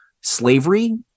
slavery